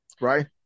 right